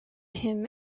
him